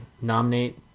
nominate